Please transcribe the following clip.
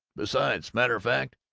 besides, smatter fact,